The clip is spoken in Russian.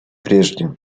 прежде